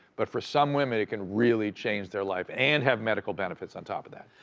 but for some women it can really change their life and have medical benefits on top of that.